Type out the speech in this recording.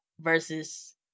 versus